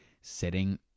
sitting